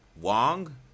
Wong